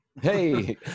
Hey